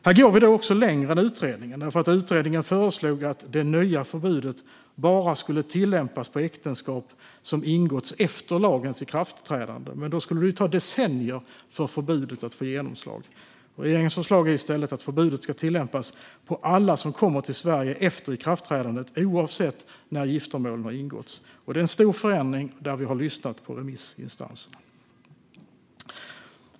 Här går vi längre än utredningen. Utredningen föreslog att det nya förbudet bara skulle tillämpas på äktenskap som har ingåtts efter lagens ikraftträdande, men då skulle det ta decennier för förbudet att få genomslag. Regeringens förslag är i stället att förbudet ska tillämpas på alla som kommer till Sverige efter ikraftträdandet oavsett när giftermålen har ingåtts. Det är en stor förändring där vi har lyssnat på remissinstanserna.